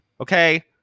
okay